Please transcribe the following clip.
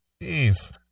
Jeez